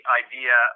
idea